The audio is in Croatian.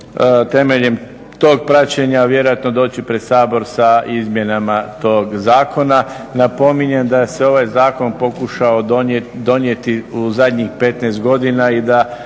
temeljem tog praćenja vjerojatno doći pred Sabor sa izmjenama tog zakona. Napominjem da se ovaj zakon pokušao donijeti u zadnjih 15 godina i da